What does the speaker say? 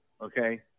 Okay